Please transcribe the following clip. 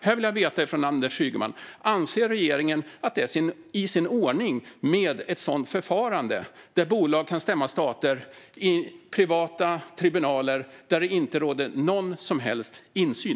Jag vill höra från Anders Ygeman om regeringen anser att det är i sin ordning med ett förfarande där bolag kan stämma stater i privata tribunaler där det inte råder någon som helst insyn.